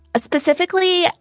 specifically